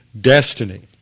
destiny